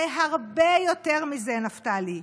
זה הרבה יותר מזה, נפתלי.